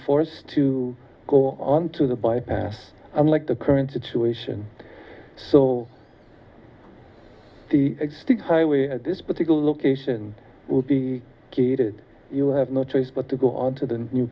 forced to go onto the bypass unlike the current situation so the existing highway at this particular location will be gated you have no choice but to go on to the new